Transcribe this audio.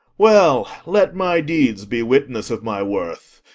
well, let my deeds be witness of my worth.